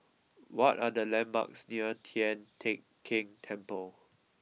what are the landmarks near Tian Teck Keng Temple